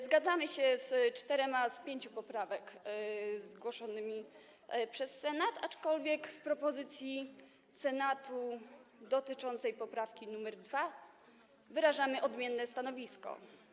Zgadzamy się z czterema z pięciu poprawek zgłoszonych przez Senat, aczkolwiek co do propozycji Senatu dotyczącej poprawki nr 2 wyrażamy odmienne stanowisko.